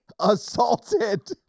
assaulted